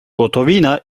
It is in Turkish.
gotovina